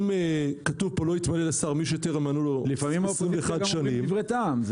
אם כתוב פה: לא יתמנה לשר מי שטרם מלאו לו 21 שנים -- זה דברי טעם.